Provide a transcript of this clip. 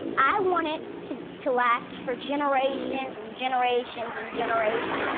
i want it to to last for generations and generations and generations.